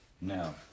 No